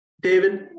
David